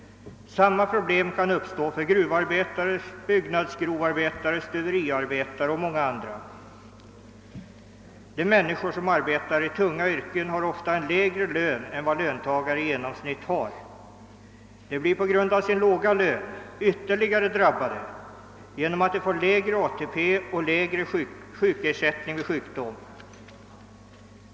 Samma problem kan uppstå för gruvarbetare, byggnadsgrovarbetare, stuveriarbetare och många andra. De människor som arbetar i tunga yrken har ofta en lägre lön än löntagarna i genomsnitt. De blir på grund av sin låga lön ytterligare drabbade genom att de får lägre ATP och lägre ersättning vid sjukdom.